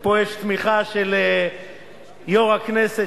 ופה יש תמיכה של יושב-ראש הכנסת,